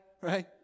right